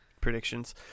predictions